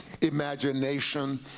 imagination